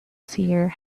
seer